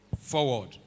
forward